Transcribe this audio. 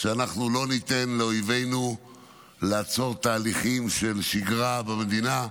שאנחנו לא ניתן לאויבינו לעצור תהליכים של שגרה במדינה.